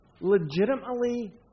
legitimately